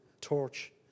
torch